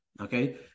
Okay